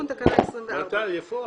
איפה הפיצוץ?